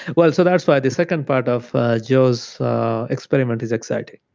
well, so that's why the second part of joe's experiment is exciting.